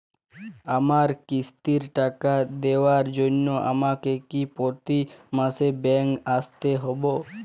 আমার কিস্তির টাকা দেওয়ার জন্য আমাকে কি প্রতি মাসে ব্যাংক আসতে হব?